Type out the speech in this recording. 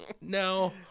No